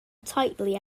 tightly